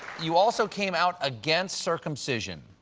you also came out against circumcision.